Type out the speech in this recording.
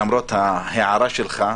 למרות ההערה שלך,